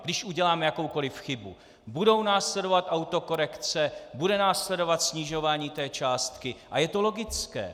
Když uděláme jakoukoliv chybu, budou následovat autokorekce, bude následovat snižování té částky a je to logické.